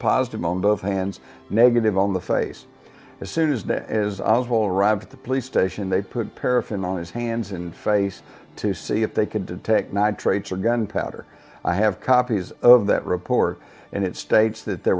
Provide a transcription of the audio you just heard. positive on both hands negative on the face as soon as that is of all arrived at the police station they put paraffin on his hands and face to see if they could detect nitrates or gunpowder i have copies of that report and it states that there